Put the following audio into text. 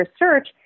research